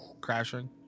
crashing